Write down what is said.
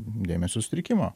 dėmesio sutrikimo